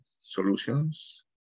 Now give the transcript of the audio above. solutions